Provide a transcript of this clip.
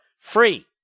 Free